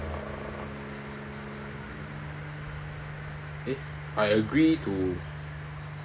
uh eh I agree to